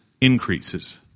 increases